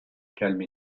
calme